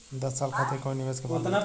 दस साल खातिर कोई निवेश के प्लान बताई?